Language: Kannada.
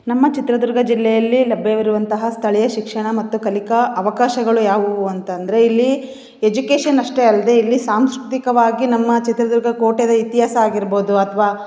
ನಮ್ಮ ಚಿತ್ರದುರ್ಗ ಜಿಲ್ಲೆಯಲ್ಲಿ ಲಭ್ಯವಿರುವಂತಹ ಸ್ಥಳೀಯ ಶಿಕ್ಷಣ ಮತ್ತು ಕಲಿಕಾ ಅವಕಾಶಗಳು ಯಾವುವು ಅಂತ ಅಂದ್ರೆ ಇಲ್ಲಿ ಎಜುಕೇಶನ್ ಅಷ್ಟೆ ಅಲ್ಲದೇ ಇಲ್ಲಿ ಸಾಂಸ್ಕೃತಿಕವಾಗಿ ನಮ್ಮ ಚಿತ್ರದುರ್ಗ ಕೋಟೆದ ಇತಿಹಾಸ ಆಗಿರ್ಬೋದು ಅಥವಾ